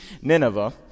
Nineveh